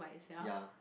ya